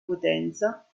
potenza